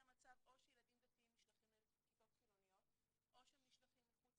מצב או שילדים דתיים נשלחים לכיתות חילוניות או שהם נשלחים מחוץ